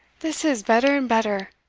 this is better and better.